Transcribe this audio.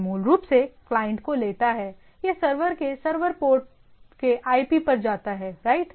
यह मूल रूप से क्लाइंट को लेता हैयह सर्वर के सर्वर पोर्ट के आईपी पर जाता है राइट